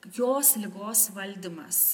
jos ligos valdymas